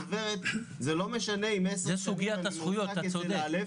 וזה לא משנה אם 10 שנים אני עובד אצל אל"ף,